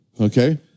okay